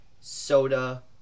Soda